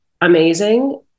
amazing